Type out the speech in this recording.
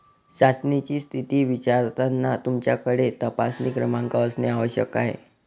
चाचणीची स्थिती विचारताना तुमच्याकडे तपासणी क्रमांक असणे आवश्यक आहे